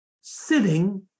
sitting